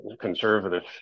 conservative